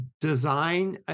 design